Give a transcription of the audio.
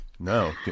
No